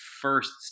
first